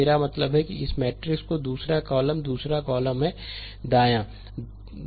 मेरा मतलब है कि इस मैट्रिक्स का दूसरा कॉलम दूसरा कॉलम है दायां